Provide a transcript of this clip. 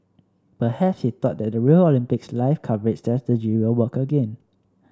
perhaps he thought that the Rio Olympics live coverage strategy will work again